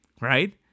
right